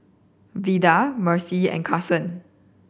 Vida Mercy and Carson